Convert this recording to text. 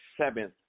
seventh